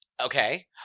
Okay